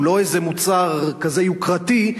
הוא לא איזה מוצר כזה יוקרתי,